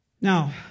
Now